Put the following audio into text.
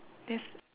there's